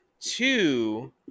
Two